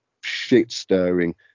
shit-stirring